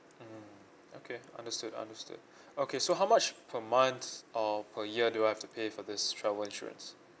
mmhmm okay understood understood okay so how much per month or per year do I have to pay for this travel insurance